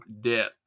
death